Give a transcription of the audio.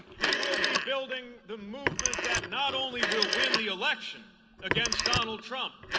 we will be building the movement that not only will win the election against donald trump,